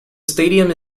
stadium